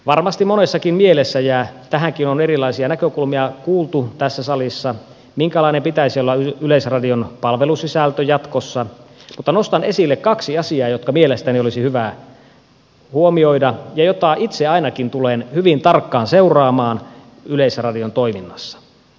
varmasti monessakin mielessä ja tähänkin on erilaisia näkökulmia kuultu tässä salissa minkälainen pitäisi olla yleisradion palvelusisällön jatkossa mutta nostan esille kaksi asiaa jotka mielestäni olisi hyvä huomioida ja joita itse ainakin tulen hyvin tarkkaan seuraamaan yleisradion toiminnassa